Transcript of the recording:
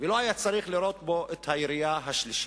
ולא היה צריך לירות בו את הירייה השלישית.